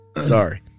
Sorry